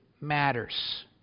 matters